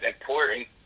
important